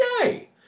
Yay